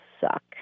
suck